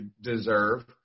deserve